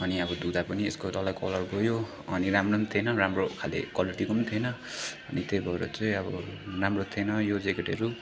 अनि अब धुँदा पनि यसको डल्लै कलर गयो अनि राम्रो पनि थिएन राम्रो खाले क्वालिटीको पनि थिएन अनि त्यही भएर चाहिँ अब राम्रो थिएन यो ज्याकेटहरू